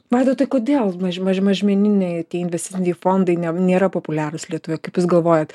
vaidotai kodėl maž maž mažmeniniai investiciniai fondai ne nėra populiarūs lietuvoje kaip jūs galvojat